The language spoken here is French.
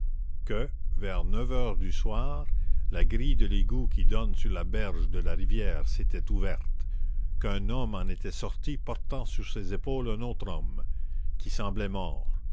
que vers neuf heures du soir la grille de l'égout qui donne sur la berge de la rivière s'était ouverte qu'un homme en était sorti portant sur ses épaules un autre homme qui semblait mort